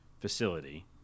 facility